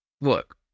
Look